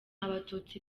abatutsi